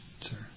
sir